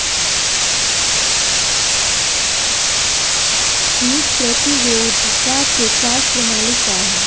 कीट प्रतिरोधकता क कार्य प्रणाली का ह?